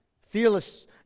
Fearless